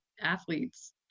athletes